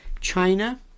China